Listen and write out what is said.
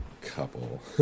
couple